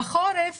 בחורף